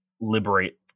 liberate